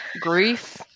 grief